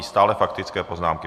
Stále faktické poznámky.